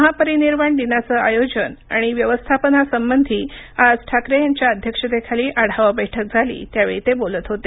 महापरिनिर्वाण दिनाचं आयोजन आणि व्यवस्थापनासंबधी आज ठाकरे यांच्या अध्यक्षतेखाली आढावा बैठक झाली त्यावेळी ते बोलत होते